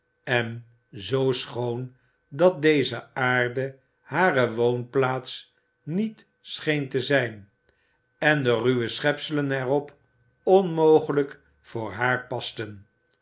en zoo schoon dat deze aarde hare woonplaats niet scheen te zijn en de ruwe schepselen er op onmogelijk voor haar pasten